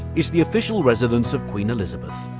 is the official residence of queen elizabeth.